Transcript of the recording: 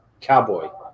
cowboy